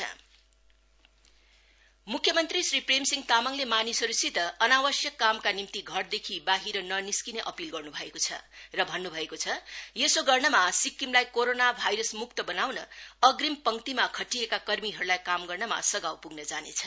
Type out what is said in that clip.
CM appeal मुख्यमन्त्री श्री प्रेम सिंह तामाङले मानिसहरूसित अनावश्यक कामका निम्ति घरदेखि बाहिर ननिस्कने अपील गर्नु भएको छ र भन्नु भएको छ यसो गर्नमा सिक्किमलाई कोरोना भाइरसमुक्त बनाउन अंग्रिम पंक्तिमा खटिएका कर्मीहरूलाई कामगर्न सघाउ पुग्न जानेछ